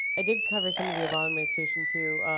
i did cover some of the obama administration too.